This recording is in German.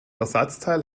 ersatzteil